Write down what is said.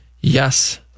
Yes